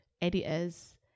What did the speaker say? editors